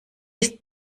ist